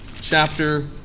chapter